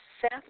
Seth